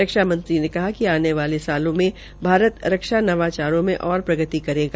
रक्षा मंत्री ने कहा कि आने वाले वर्षो भारत रक्षा नवाचारों में ओर प्रगति करेगा